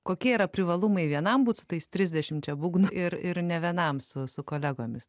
kokie yra privalumai vienam būt su tais trisdešimčia būgnų ir ir ne vienam su su kolegomis